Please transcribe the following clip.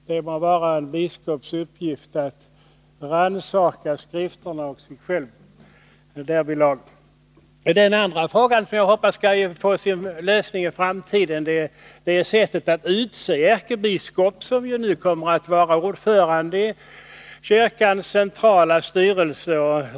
Det må vara en biskops uppgift att rannsaka skrifterna och sig själv därvidlag. Den andra frågan som jag hoppas skall få sin lösning i framtiden gäller Nr 134 sättet att utse ärkebiskopen, som ju kommer att vara ordförande i kyrkans Torsdagen den centrala styrelse.